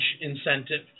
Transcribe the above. incentive